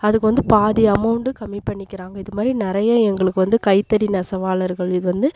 அதுக்கு வந்து பாதி அமௌண்ட்டு கம்மி பண்ணிக்கிறாங்க இதுமாதிரி நிறைய எங்களுக்கு வந்து கைத்தறி நெசவாளர்கள் இது வந்து